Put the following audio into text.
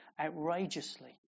outrageously